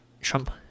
Trump